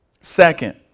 Second